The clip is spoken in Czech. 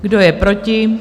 Kdo je proti?